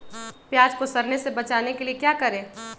प्याज को सड़ने से बचाने के लिए क्या करें?